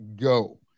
go